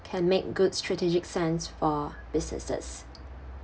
can make good strategic sense for businesses